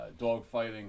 dogfighting